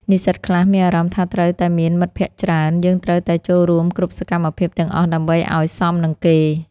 និស្សិតខ្លះមានអារម្មណ៍ថាត្រូវតែមានមិត្តភ័ក្តិច្រើន ហើយត្រូវតែចូលរួមគ្រប់សកម្មភាពទាំងអស់ដើម្បីឲ្យសមនឹងគេ។